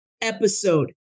episode